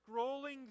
scrolling